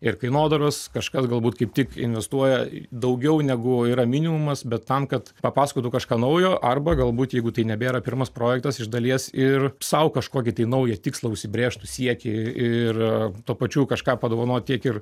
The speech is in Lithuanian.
ir kainodaros kažkas galbūt kaip tik investuoja daugiau negu yra minimumas bet tam kad papasakotų kažką naujo arba galbūt jeigu tai nebėra pirmas projektas iš dalies ir sau kažkokį naują tikslą užsibrėžtų siekį ir tuo pačiu kažką padovanot tiek ir